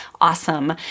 awesome